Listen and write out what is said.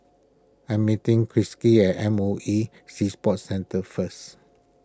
I'm meeting Krissy at M O E Sea Sports Centre first